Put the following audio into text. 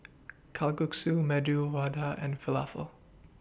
Kalguksu Medu Vada and Falafel